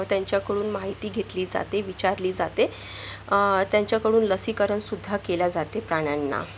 त्यांच्याकडून माहिती घेतली जाते विचारली जाते त्यांच्याकडून लसीकरणसुद्धा केले जाते प्राण्यांना